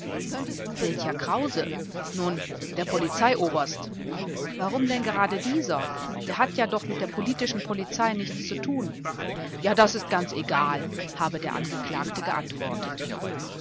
welcher krause nun der polizei oberst warum denn gerade dieser der hat ja doch mit der politischen polizei nichts zu tun ja das ist ganz egal habe der angeklagte geantwortet